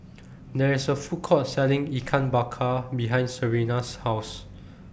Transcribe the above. There IS A Food Court Selling Ikan Bakar behind Serena's House